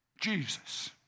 Jesus